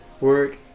work